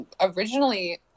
originally